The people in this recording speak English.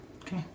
Okay